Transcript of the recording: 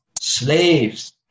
slaves